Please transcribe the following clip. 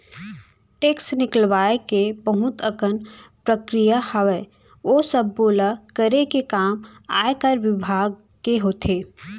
tax निकलवाय के बहुत अकन प्रक्रिया हावय, ओ सब्बो ल करे के काम आयकर बिभाग के होथे